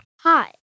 Hi